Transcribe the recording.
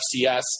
FCS